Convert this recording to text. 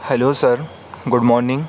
hello sir good morning